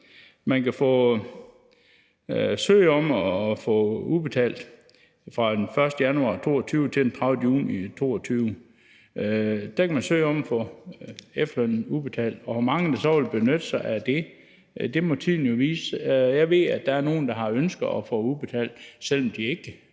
sådan, at man fra den 1. januar 2022 til den 30. juni 2022 kan søge om at få efterlønnen udbetalt, og hvor mange der så vil benytte sig af det, må tiden jo vise. Jeg ved, at der er nogle, der har ønske om at få den udbetalt, selv om de ikke